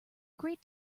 great